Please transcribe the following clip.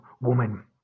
woman